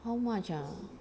how much ah